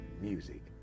music